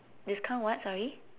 discount what sorry